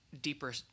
deeper